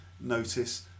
notice